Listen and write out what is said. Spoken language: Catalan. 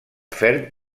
ferm